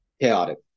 chaotic